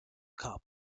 cup